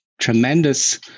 tremendous